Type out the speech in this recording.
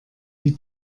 die